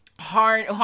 hard